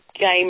game